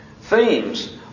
themes